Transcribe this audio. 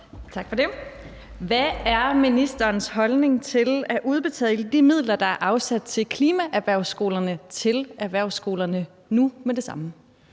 Tak for det. Hvad er ministerens holdning til at udbetale de midler, der er afsat til klimaerhvervsskolerne, til erhvervsskolerne nu med det samme?